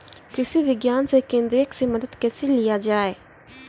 कृषि विज्ञान केन्द्रऽक से मदद कैसे लिया जाय?